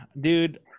dude